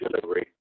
delivery